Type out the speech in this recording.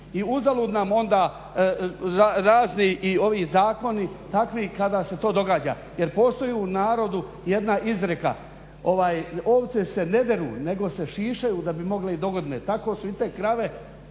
I uzalud nam onda razni i ovi zakoni takvi kada se to događa, jer postoji u narodi jedna izreka: "Ovce se ne deru, nego se šišaju da bi mogle i dogodine tako.". Tako su i te krave